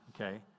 okay